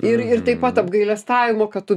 ir ir taip pat apgailestavimo kad tu